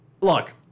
look